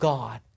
God